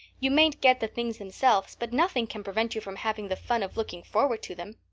you mayn't get the things themselves but nothing can prevent you from having the fun of looking forward to them.